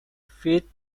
fit